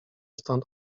stąd